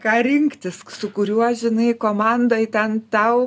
ką rinktis su kuriuo žinai komandai ten tau